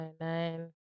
Nine